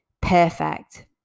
perfect